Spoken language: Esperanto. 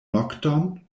nokton